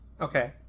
Okay